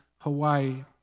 Hawaii